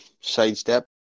sidestep